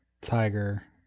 tiger